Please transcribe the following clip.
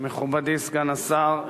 מכובדי סגן השר,